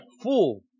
fool